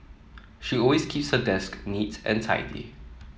she always keeps her desk neat and tidy